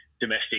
domestic